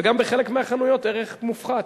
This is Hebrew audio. וגם בחלק מהחנויות ערך מופחת,